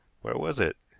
where was it?